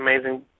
amazing